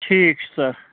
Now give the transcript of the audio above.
ٹھیٖک چھُ سر